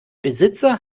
besitzer